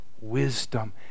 wisdom